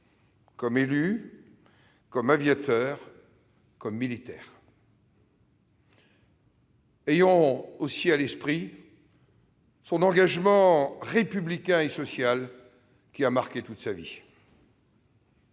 comme élu, comme aviateur, comme militaire. Ayons aussi à l'esprit son engagement républicain et social, qui a marqué toute sa vie.